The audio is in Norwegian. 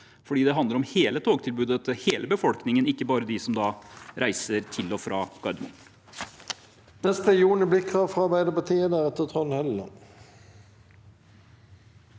for det handler om hele togtilbudet til hele befolkningen, ikke bare dem som reiser til og fra Gardermoen.